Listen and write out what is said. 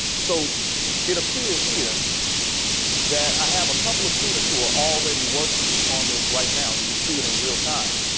so it appears here that i have a couple of students who are already working on this right now. you can see it in real time.